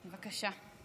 בבקשה.